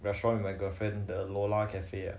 restaurant with my girlfriend 的 lola's cafe ah